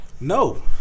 No